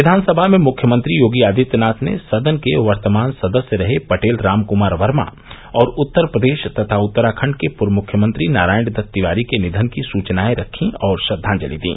विवानसभा में मुख्यमंत्री योगी आदित्यनाथ ने सदन के वर्तमान सदस्य रहे पटेल राम कुमार वर्मा और उत्तर प्रदेश तथा उत्तराखंड के पूर्व मुख्यमंत्री नारायण दित्त तिवारी के निधन की सुचनाए रखी और श्रद्वाजलि दी